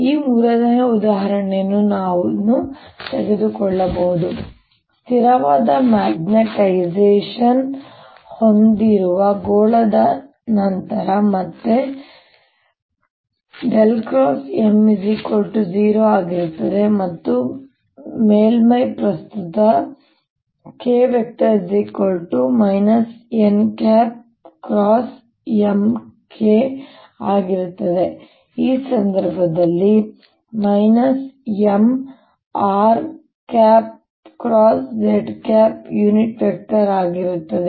ಈ ಮೂರನೇ ಉದಾಹರಣೆಯನ್ನು ನಾನು ತೆಗೆದುಕೊಳ್ಳಬಹುದು ಸ್ಥಿರವಾದ ಮ್ಯಾಗ್ನೆಟೈಸೇಶನ್ ಹೊಂದಿರುವ ಗೋಳದ ನಂತರ ಮತ್ತೆ M0 ಆಗಿರುತ್ತದೆ ಮತ್ತು ಮೇಲ್ಮೈ ಪ್ರಸ್ತುತ K nMK ಆಗಿರುತ್ತದೆ ಈ ಸಂದರ್ಭದಲ್ಲಿ M rz ಯುನಿಟ್ ವೆಕ್ಟರ್ ಆಗಿರುತ್ತದೆ